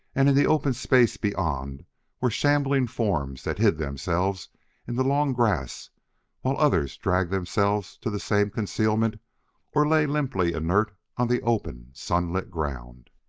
and in the open space beyond were shambling forms that hid themselves in the long grass while others dragged themselves to the same concealment or lay limply inert on the open, sunlit ground.